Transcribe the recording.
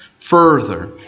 further